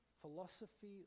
philosophy